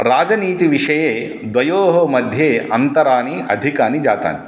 राजनीतिविषये द्वयोः मध्ये अन्तराणि अधिकानि जातानि